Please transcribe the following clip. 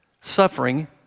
Suffering